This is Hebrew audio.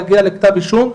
להגיע לכתב אישום,